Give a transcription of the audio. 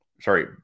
sorry